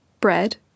Bread